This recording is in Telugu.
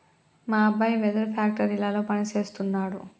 మా అబ్బాయి వెదురు ఫ్యాక్టరీలో పని సేస్తున్నాడు